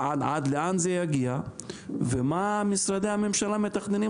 עד לאן זה יגיע ומה משרדי הממשלה מתכננים